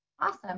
Awesome